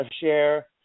share